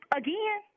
again